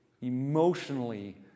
emotionally